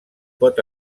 pot